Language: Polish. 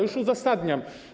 Już uzasadniam.